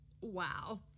Wow